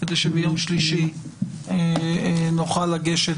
כדי שביום שלישי נוכל לגשת